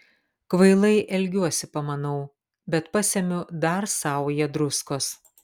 kvailai elgiuosi pamanau bet pasemiu dar saują druskos